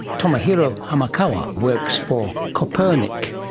tomohiro hamakawa works for kopernik,